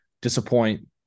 disappoint